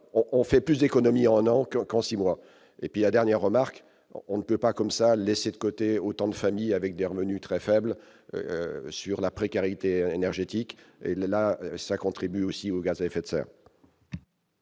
on fait plus d'économie en enclos qu'en 6 mois, et puis la dernière remarque, on ne peut pas comme ça, laisser de côté, autant de familles avec des revenus très faibles sur la précarité énergétique et là ça contribue aussi au gaz à effet de serre.